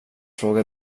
fråga